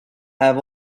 have